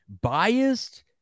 biased